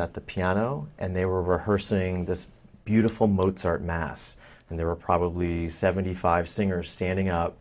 was at the piano and they were over her sing this beautiful mozart mass and there were probably seventy five singers standing up